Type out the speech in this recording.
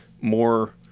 more